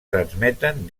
transmeten